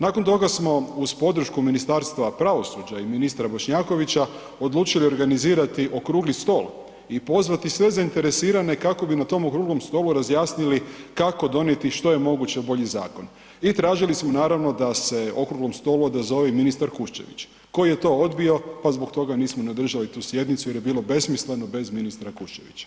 Nakon toga smo uz podršku Ministarstva pravosuđa i ministra Bošnjakovića odlučili organizirati okrugli stol i pozvati sve zainteresirane kako bi na tom okruglom stolu razjasnili kako donijeti što je moguće bolji zakon i tražili smo naravno da se okruglom stolu odazove i ministar Kuščević, koji je to odbio pa zbog toga nismo ni održali tu sjednicu jer je bilo besmisleno bez ministra Kuščevića.